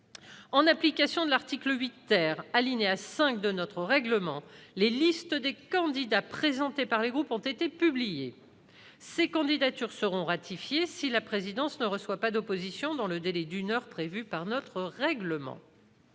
En application de l'article 8, alinéa 5 de notre règlement, les listes des candidats présentés par les groupes ont été publiées. Ces candidatures seront ratifiées si la présidence ne reçoit pas d'opposition dans le délai d'une heure prévu par notre règlement.